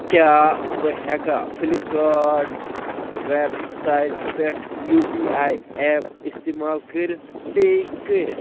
کیٛاہ بہٕ ہیٚکاہ فٕلِپ کارٹ ویب سایٹ پٮ۪ٹھ یوٗ پی آے ایپ استعمال کٔرِتھ پے کٔرِتھ